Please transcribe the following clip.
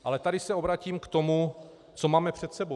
Ale tady se obracím k tomu, co máme před sebou.